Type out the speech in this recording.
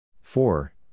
four